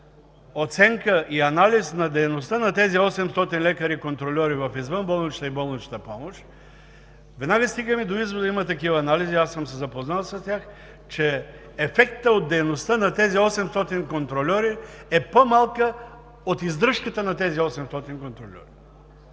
оценка и анализ на дейността на тези 800 лекари – контрольори, в извънболничната и болничната помощ, веднага стигаме до извода, има такива анализи, аз съм се запознал с тях, че ефектът от дейността на тези 800 контрольори е по-малка от издръжката им. Тогава,